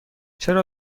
چرا